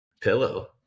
pillow